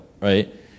right